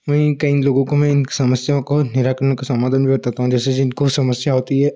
वहीं कई लोगों को मैं इन समस्याओं को निवारण का समाधान बताता हूँ जैसे जिनको समस्या होती है